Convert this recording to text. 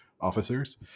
officers